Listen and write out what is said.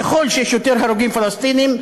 ככל שיש יותר הרוגים פלסטינים,